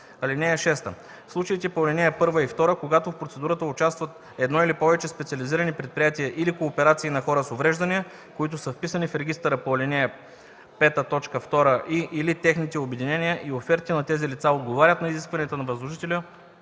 (6) В случаите по ал. 1 и 2, когато в процедурата участват едно или повече специализирани предприятия или кооперации на хора с увреждания, които са вписани в регистъра по ал. 5, т. 2, и/или техни обединения, и офертите на тези лица отговарят на изискванията на възложителя,